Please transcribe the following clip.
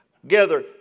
Together